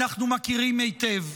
אנחנו מכירים היטב.